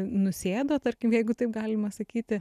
nusėdo tarkim jeigu taip galima sakyti